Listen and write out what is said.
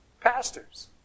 pastors